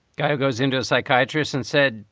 guy goes into a psychiatrist and said,